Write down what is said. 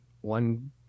one